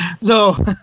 No